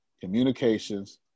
communications